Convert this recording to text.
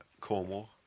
Cornwall